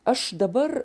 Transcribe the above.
aš dabar